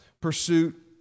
Pursuit